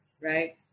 right